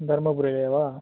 தர்மபுரியிலேவா